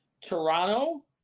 Toronto